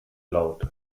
laut